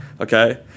okay